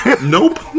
nope